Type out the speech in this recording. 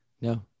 No